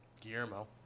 Guillermo